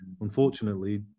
unfortunately